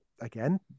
again